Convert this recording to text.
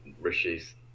Rishi's